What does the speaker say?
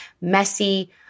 messy